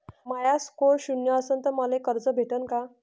माया score शून्य असन तर मले कर्ज भेटन का?